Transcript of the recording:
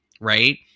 right